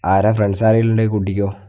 ആരാണ് ഫ്രണ്ട്സ് ആരെങ്കിലും ഉണ്ടെങ്കിൽ കൂട്ടിക്കോളൂ